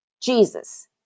Jesus